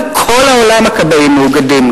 בכל העולם הכבאים מאוגדים,